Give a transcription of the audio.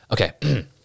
Okay